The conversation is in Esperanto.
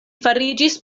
fariĝis